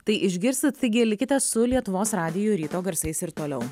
tai išgirsit taigi likite su lietuvos radiju ir ryto garsais ir toliau